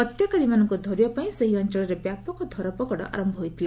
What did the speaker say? ହତ୍ୟାକାରୀମାନଙ୍କୁ ଧରିବା ପାଇଁ ସେହି ଅଞ୍ଚଳରେ ବ୍ୟାପକ ଧରପଗଡ଼ ଆରମ୍ଭ ହୋଇଥିଲା